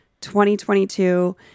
2022